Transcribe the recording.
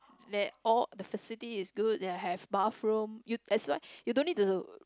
there all the facilities is good they will have bathroom you that's why you don't need to